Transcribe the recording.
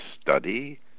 study